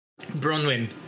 Bronwyn